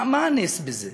מה הנס בזה?